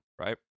right